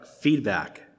feedback